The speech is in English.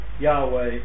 Yahweh